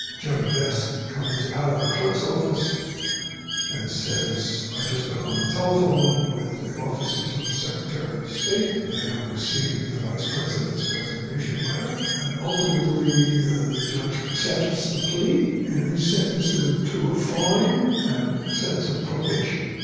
jud best comes out of the clerk's office and says, i've just been on the telephone with the offices of the secretary of state, they have received the vice president's resignation letter. and ultimately the the judge accepts the plea and he sentenced him to a fine and a sentence of probation.